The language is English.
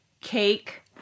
cake